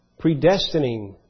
predestining